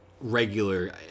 regular